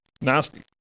Nasty